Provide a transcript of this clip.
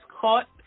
caught